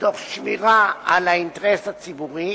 תוך שמירה על האינטרס הציבורי